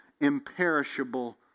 imperishable